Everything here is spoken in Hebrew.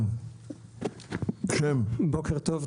בוקר טוב.